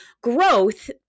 growth